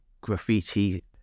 graffiti